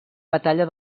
batalla